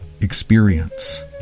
experience